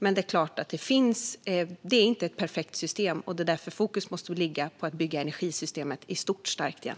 Men det är klart att det inte är ett perfekt system, och det är därför fokus måste ligga på att bygga energisystemet i stort starkt igen.